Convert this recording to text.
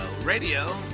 Radio